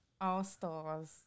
all-stars